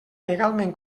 legalment